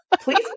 Please